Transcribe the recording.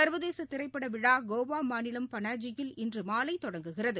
சர்வதேசதிரைப்படவிழாகோவாமாநிலம் பனாஜியில் இன்றுமாலைதொடங்குகிறது